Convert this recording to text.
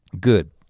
Good